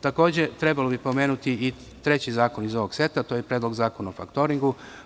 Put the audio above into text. Takođe, trebalo bi pomenuti i treći zakon iz ovog seta, a to je Predlog zakona o faktoringu.